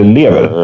lever